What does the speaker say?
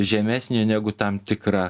žemesnė negu tam tikra